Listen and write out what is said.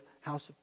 house